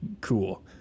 Cool